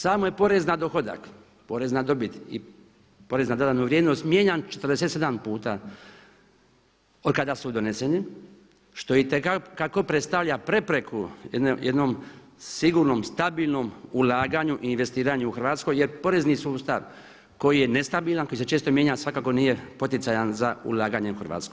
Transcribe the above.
Samo je porez na dohodak, porez na dobit i porez na dodanu vrijednost mijenjan 47 puta od kada su doneseni što itekako predstavlja prepreku jednom sigurno, stabilnom ulaganju i investiranju u Hrvatskoj jer porezni sustav koji je nestabilan koji se često mijenja svakako nije poticajan za ulaganje u Hrvatsku.